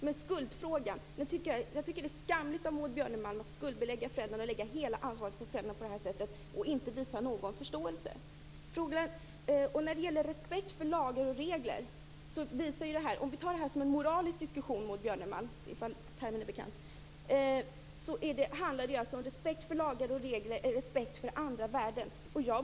Men jag tycker att det är skamligt av Maud Björnemalm att på det här sättet skuldbelägga föräldrana, lägga hela ansvaret på föräldrarna och inte visa någon förståelse. Det här är en moralisk diskussion, Maud Björnemalm, ifall termen är bekant. Det handlar om respekt för lagar och regler eller respekt för andra värden.